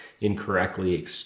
incorrectly